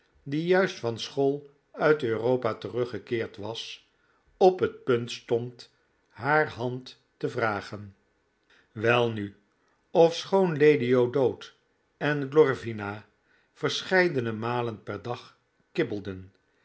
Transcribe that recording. die juist van school uit europa teruggekeerd was op het punt stond haar hand te vragen welnu ofschoon lady o'dowd en glorvina verscheidene malen per dag kibbelden